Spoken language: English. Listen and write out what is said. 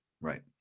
Right